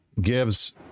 gives